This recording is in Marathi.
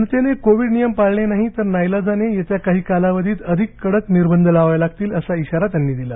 जनतेने कोविड नियम पाळले नाही तर नाईलाजाने येत्या काही कालावधीत अधिक कडक निर्बंध लावावे लागतील असा इशारा त्यांनी दिला